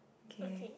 okay